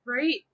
right